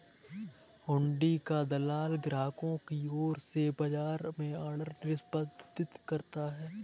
हुंडी का दलाल ग्राहकों की ओर से बाजार में ऑर्डर निष्पादित करता है